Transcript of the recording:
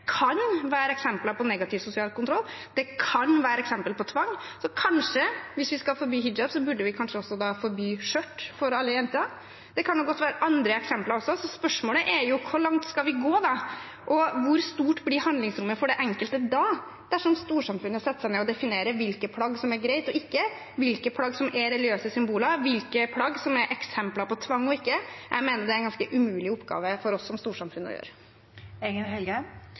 eksempel på tvang. Hvis vi skal forby hijab, så burde vi kanskje også forby skjørt for alle jenter? Det kan godt være andre eksempler også. Spørsmålet er jo: Hvor langt skal vi gå? Og hvor stort blir handlingsrommet for den enkelte dersom storsamfunnet setter seg ned og definerer hvilket plagg som er greit og ikke, hvilke plagg som er religiøse symboler, hvilke plagg som er eksempler på tvang og ikke? Jeg mener det er en ganske umulig oppgave for oss som storsamfunn å gjøre.